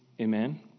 Amen